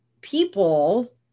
people